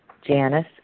Janice